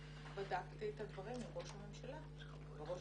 בדקתי את הדברים עם ראש הממשלה וראש